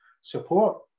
support